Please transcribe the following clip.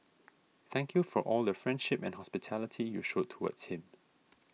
thank you for all the friendship and hospitality you showed towards him